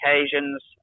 occasions